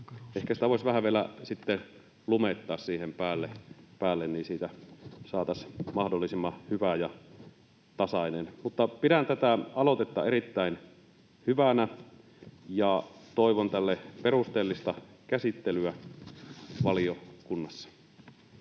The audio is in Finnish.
Ehkä sitä voisi vähän vielä sitten lumettaa siihen päälle, niin siitä saataisiin mahdollisimman hyvä ja tasainen. Pidän tätä aloitetta erittäin hyvänä ja toivon tälle perusteellista käsittelyä valiokunnassa.